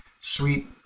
Sweet